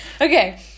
Okay